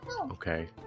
Okay